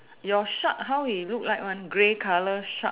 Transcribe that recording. your shark how he look like one grey colour shark